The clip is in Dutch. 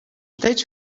steeds